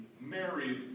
married